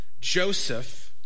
Joseph